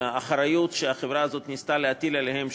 מהאחריות שהחברה הזאת ניסתה להטיל עליהם,